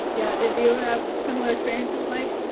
yeah. did you have similar experiences? mike?